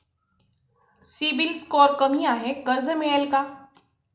CIBIL score कमी आहे कर्ज मिळेल का?